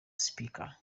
speaker